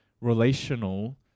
relational